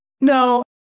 No